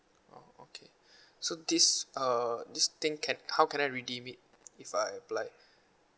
oh okay so this uh this thing can how can I redeem it if I apply